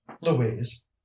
louise